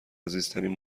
عزیزترین